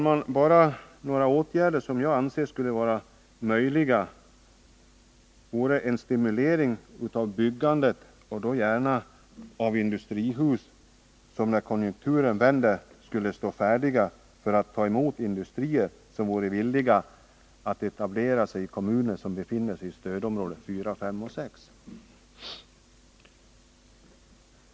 En åtgärd som jag anser skulle vara möjlig att genomföra är en stimulering av byggandet, och då gärna byggandet av industrihus som när konjunkturen vänder skulle stå färdiga att ta emot industrier som vore villiga att etablera sig i kommuner som befinner sig i stödområdena 4, 5 och 6.